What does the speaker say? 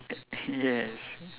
yes